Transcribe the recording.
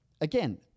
again